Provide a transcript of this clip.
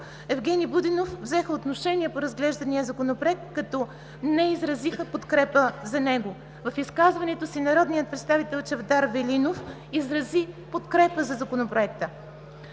Евгени Будинов взеха отношение по разглеждания законопроект като не изразиха подкрепа за него. В изказването си народният представител Чавдар Велинов изрази подкрепа на Законопроекта.